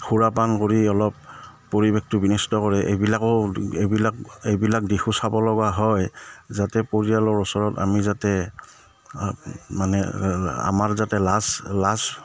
সুৰাপান কৰি অলপ পৰিৱেশটো বিনিষ্ট কৰে এইবিলাকো এইবিলাক এইবিলাক দিশো চাব লগা হয় যাতে পৰিয়ালৰ ওচৰত আমি যাতে মানে আমাৰ যাতে লাজ লাজ